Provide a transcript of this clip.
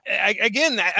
again